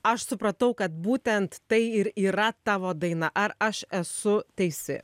aš supratau kad būtent tai ir yra tavo daina ar aš esu teisi